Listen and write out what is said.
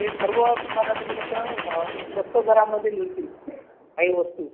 ते सर्व तुम्हाला म्हणजे कसं स्वस्त दरामध्ये मिळतील काही वस्तू